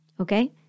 Okay